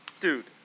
Dude